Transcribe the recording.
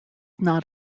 not